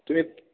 तुम्ही